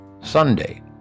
Sunday